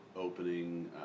opening